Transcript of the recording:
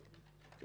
כן.